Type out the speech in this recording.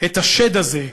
את השד הזה,